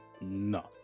No